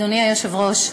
אדוני היושב-ראש,